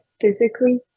physically